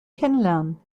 kennenlernen